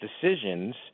decisions